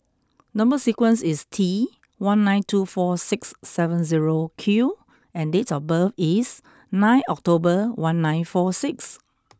number sequence is T one nine two four six seven zero Q and date of birth is nine October one nine four six